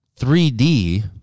3D